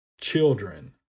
children